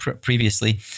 previously